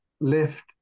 left